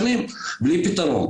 הדבר השני, הוא בנייה רוויה.